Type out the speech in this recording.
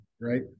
right